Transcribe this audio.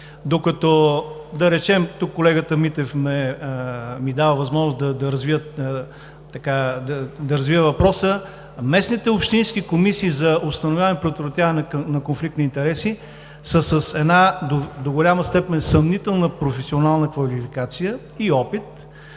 в тази сфера. Тук колегата Митев ми дава възможност да развия въпроса: местните общински комисии за установяване и предотвратяване на конфликт на интереси до голяма степен са със съмнителни професионална квалификация и опит.